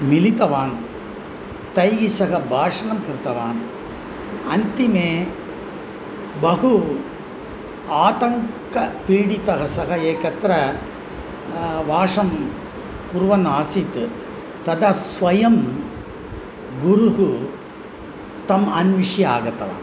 मिलितवान् तैः सः भाषणं कृतवान् अन्तिमे बहु आतङ्केन पीडितः सः एकत्रं वासं कुर्वन् आसीत् तद् स्वयं गुरुः तम् अन्विष्य आगतवान्